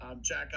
Jack